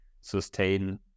sustain